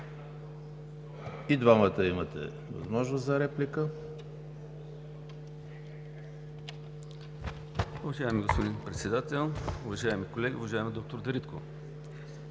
И двамата имате възможност за реплика.